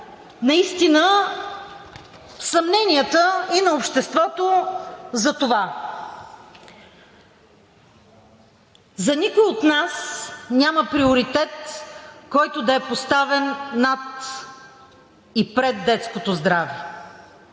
наистина съмненията и на обществото за това. За никой от нас няма приоритет, който да е поставен над и пред детското здраве.